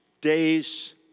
days